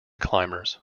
climbers